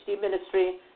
Ministry